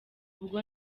ubwo